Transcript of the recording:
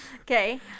okay